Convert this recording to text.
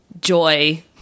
joy